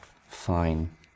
fine